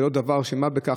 זה לא דבר של מה בכך,